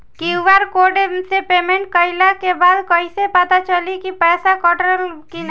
QR code से payment कईला के बाद कईसे पता चली की पैसा कटल की ना?